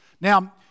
Now